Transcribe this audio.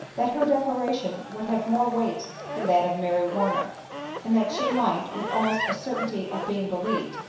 that her declaration would have more weight than that of mary warner and that she might, with almost a certainty of being believed,